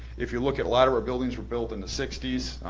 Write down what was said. if you look at a lot of our buildings were built in the sixty s,